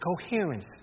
coherence